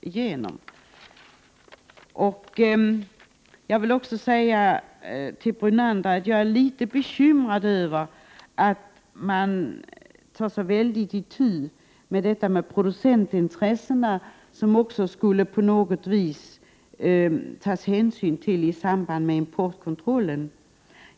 Till Lennart Brunander vill jag säga att jag är litet bekymrad över att man tar i så väldigt i fråga om hänsyn till producentintressena i samband med importkontrollen.